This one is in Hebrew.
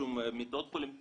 שום מיטות חולים.